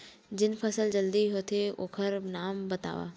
जेन फसल जल्दी होथे ओखर नाम बतावव?